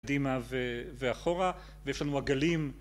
קדימה ו...ואחורה, ויש לנו עגלים